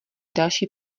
další